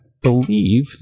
believe